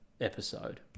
episode